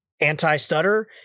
anti-stutter